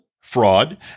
fraud